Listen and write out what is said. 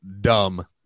dumb